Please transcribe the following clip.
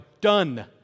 done